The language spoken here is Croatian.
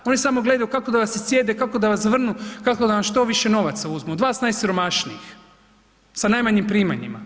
Oni samo gledaju kako da vas iscijede, kako da vas zavrnu, kako da vam što više novaca uzmu od vas najsiromašnijih sa najmanjim primanjima.